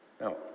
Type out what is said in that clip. No